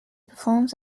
performs